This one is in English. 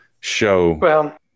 show